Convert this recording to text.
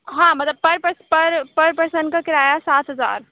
ہاں مطلب پر پرسن کا کرایہ سات ہزار